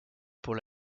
pour